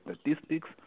statistics